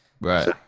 right